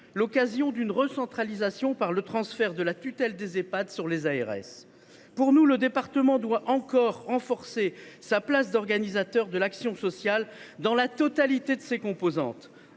l’occasion d’une recentralisation par le transfert de la tutelle des Ehpad sur les agences régionales de santé (ARS). Pour nous, le département doit encore renforcer sa place d’organisateur de l’action sociale dans la totalité de ses composantes.